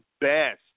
best